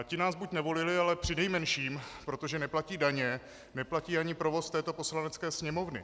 Ti nás buď nevolili, ale při nejmenším, protože neplatí daně, neplatí ani provoz této Poslanecké sněmovny.